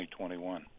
2021